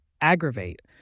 aggravate